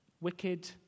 wicked